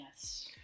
yes